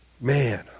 man